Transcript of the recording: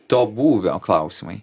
to būvio klausimai